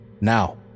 Now